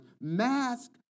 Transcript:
mask